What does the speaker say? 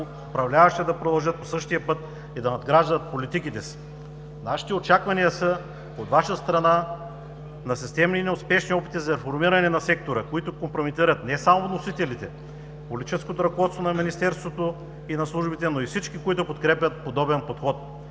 управляващите да продължат по същия път и да надграждат политиките си. Нашите очаквания са от Ваша страна на системни и неуспешни опити за формиране на сектора, които компрометират не само вносителите, политическото ръководство на Министерството и на службите, но и всички, които подкрепят подобен подход.